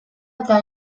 eta